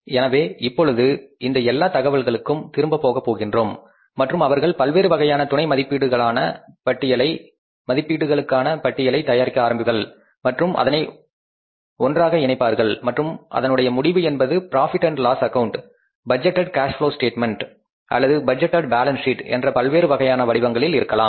எனவே இப்பொழுது இந்த எல்லா தகவல்களுக்கும் திரும்ப போகப் போகின்றோம் மற்றும் அவர்கள் வெவ்வேறு வகையான துணை மதிப்பீடுகளுக்கான பட்டியலை தயாரிக்க ஆரம்பிப்பார்கள் மற்றும் அதனை ஒன்றாக இனைப்பார்கள் மற்றும் அதனுடைய முடிவு என்பது profit and loss account budgeted cash flow statement அல்லது பட்ஜெட்டேட் பாலன்ஸ் சீட் என்ற பல்வேறு வகையான வடிவங்களில் இருக்கலாம்